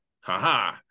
haha